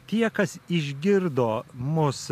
tie kas išgirdo mus